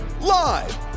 live